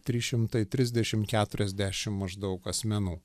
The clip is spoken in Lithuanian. trys šimtai trisdešimt keturiasdešimt maždaug asmenų